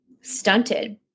stunted